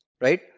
right